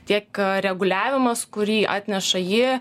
tiek reguliavimas kurį atneša ji